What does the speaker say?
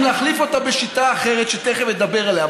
להחליף אותה בשיטה אחרת שתכף אדבר עליה.